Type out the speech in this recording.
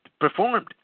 performed